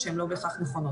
בוקר טוב לכולם.